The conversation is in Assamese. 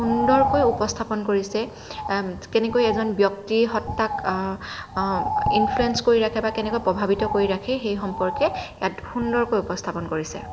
সুন্দৰকৈ উপস্থাপন কৰিছে কেনেকৈ এজন ব্যক্তিৰ সত্ত্বাক ইনফ্লুৱেঞ্চ কৰি ৰাখে বা কেনেকৈ প্ৰভাৱিত কৰি ৰাখে সেই সম্পৰ্কে ইয়াত সুন্দৰকৈ উপস্থাপন কৰিছে